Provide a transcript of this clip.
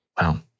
wow